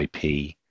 IP